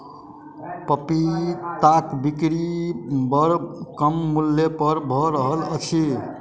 पपीताक बिक्री बड़ कम मूल्य पर भ रहल अछि